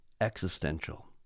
existential